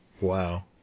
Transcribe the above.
Wow